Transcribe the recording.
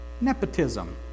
Nepotism